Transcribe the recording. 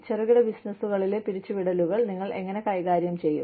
ചെറുകിട ബിസിനസ്സുകളിലെ പിരിച്ചുവിടലുകൾ നിങ്ങൾ എങ്ങനെ കൈകാര്യം ചെയ്യും